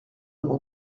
mon